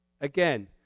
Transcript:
Again